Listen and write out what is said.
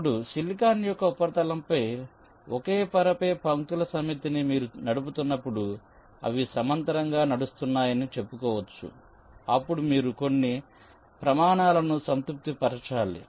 ఇప్పుడు సిలికాన్ యొక్క ఉపరితలంపై ఒకే పొరపై పంక్తుల సమితిని మీరు నడుపుతున్నప్పుడు అవి సమాంతరంగా నడుస్తున్నాయని చెప్పుకోవచ్చు అప్పుడు మీరు కొన్ని ప్రమాణాలను సంతృప్తి పరచాలి